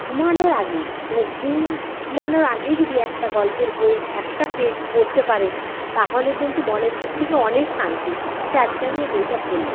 ঘুমানোর আগে মানে ঘুমানোর আগে যদি একটা গল্পের বই একটা পেজ পড়তে পারে তাহলে কিন্তু মনের দিক থেকে অনেক শান্তি যে আজকে আমি এই বইটা পড়লাম